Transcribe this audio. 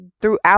throughout